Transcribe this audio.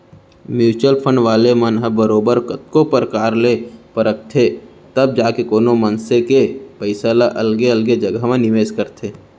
mutual fund वाले मन ह बरोबर कतको परकार ले परखथें तब जाके कोनो मनसे के पइसा ल अलगे अलगे जघा म निवेस करथे